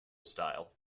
style